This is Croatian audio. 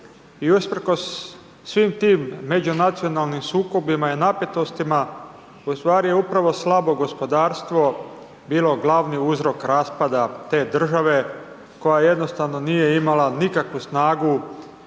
i usprkos svim tim međunacionalnim sukobima i napetostima u stvari je upravo slabo gospodarstvo bilo glavni uzrok raspada te države koja jednostavno nije imala nikakvu snagu